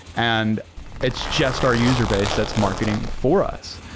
and it's just our user base that's marketing for us.